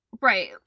Right